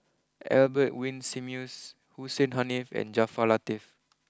Albert Winsemius Hussein Haniff and Jaafar Latiff